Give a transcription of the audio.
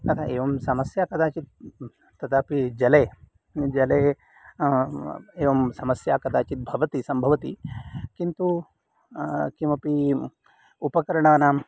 तदा एवं समस्या कदाचित् तदपि जले एवं समस्या कदाचित् भवति सम्भवति किन्तु किमपि उपकरणानाम्